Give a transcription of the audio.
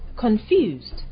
Confused